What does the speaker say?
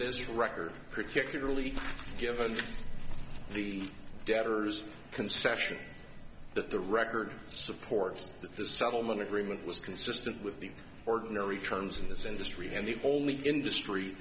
this record particularly given the debtor's concession that the record supports that the settlement agreement was consistent with the ordinary terms in this industry and the only industry